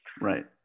right